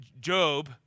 Job